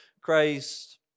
Christ